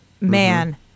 man